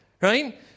right